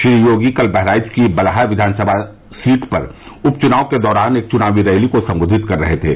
श्री योगी कल बहराइच की बलहा विधानसभा सीट पर उपचुनाव के दौरान एक चुनावी रैली को संबोधित कर रहे थे